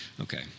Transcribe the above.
Okay